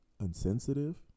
insensitive